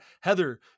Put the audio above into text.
Heather